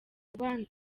ubana